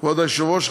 כבוד היושב-ראש,